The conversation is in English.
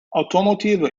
automotive